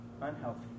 unhealthy